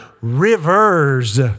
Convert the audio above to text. rivers